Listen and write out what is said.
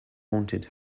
haunted